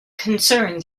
concern